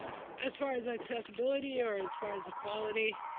as far as accessibility, or as far as equality?